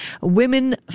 women